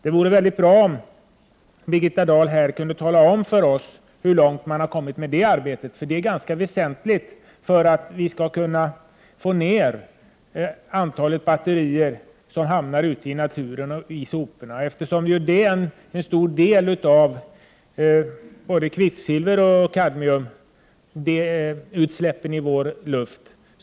Det vore mycket bra om Birgitta Dahl kunde tala om för oss hur långt man har kommit i detta arbete, eftersom det är ganska väsentligt för att minska antalet batterier som hamnar ute i naturen och i soporna. De bidrar nämligen till en stor del av kvicksilveroch kadmiumutsläppen i vår luft.